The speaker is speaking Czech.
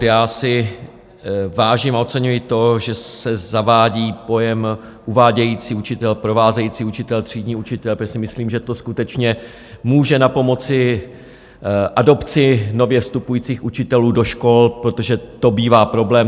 Já si vážím toho a oceňuji to, že se zavádí pojem uvádějící učitel, provázející učitel, třídní učitel, protože si myslím, že to skutečně může napomoci adopci nově vstupujících učitelů do škol, protože to bývá problém.